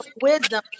wisdom